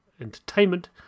Entertainment